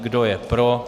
Kdo je pro?